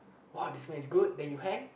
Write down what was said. uh the smell is good then you hang